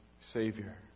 Savior